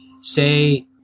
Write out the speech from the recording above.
Say